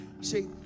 See